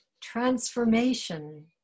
transformation